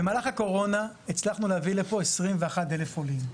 במהלך הקורונה, הצלחנו להביא לפה 21,000 עולים.